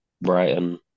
Brighton